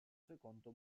secondo